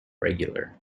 regular